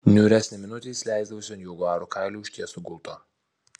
niūresnę minutę jis leisdavosi ant jaguarų kailiu užtiesto gulto